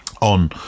on